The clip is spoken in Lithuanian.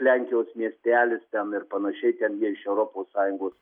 lenkijos miestelis ten ir panašiai ten jie iš europos sąjungos